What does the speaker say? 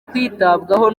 kwitabwaho